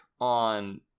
on